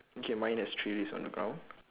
okay mine has three leaves on the ground